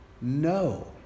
No